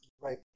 Right